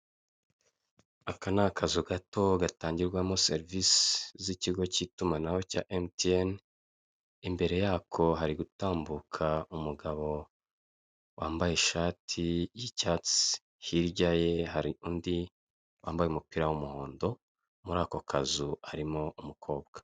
Aka ni akazu gato gatangirwamo serivisi z'ikigo cy'itumanaho cya emutiyene, imbere yako harigutambuka umugabo wambaye ishati y'icyatsi, hirya ye hari undi wambaye umupira w'umuhondo muri ako kazu harimo umukobwa.